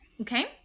Okay